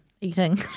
eating